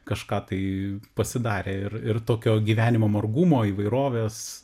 kažką tai pasidarė ir ir tokio gyvenimo margumo įvairovės